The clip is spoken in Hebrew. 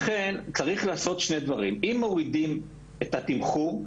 צריך לעשות שני דברים: אם מורידים את התמחור,